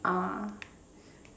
(uh huh)